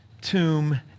tomb